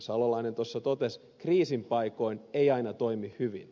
salolainen tuossa totesi kriisin paikoin ei aina toimi hyvin